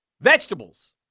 Vegetables